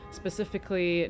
specifically